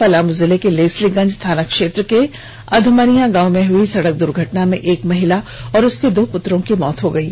पलामू जिले के लेस्लीगंज थानाक्षेत्र के अधमनिया गांव में हुई सड़क दुर्घटना में एक महिला और उनके दो पुत्रों की मौत हो गयी